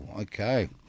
Okay